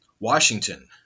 Washington